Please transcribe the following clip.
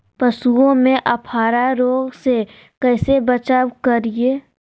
पशुओं में अफारा रोग से कैसे बचाव करिये?